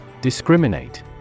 Discriminate